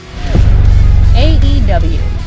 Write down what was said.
AEW